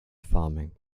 farming